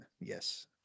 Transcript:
Yes